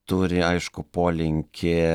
turi aiškų polinkį